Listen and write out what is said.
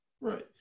Right